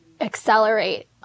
accelerate